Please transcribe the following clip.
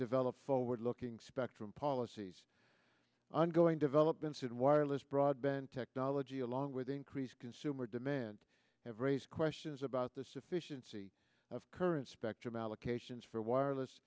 develop forward looking spectrum policies ongoing developments in wireless broadband technology along with increased consumer demand have raised questions about the sufficiency of current spectrum allocations for wireless